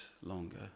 longer